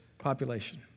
population